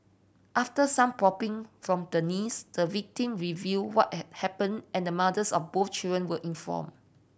after some probing from the niece the victim reveal what had happened and mothers of both children were inform